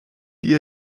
die